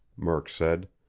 murk said.